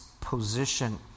position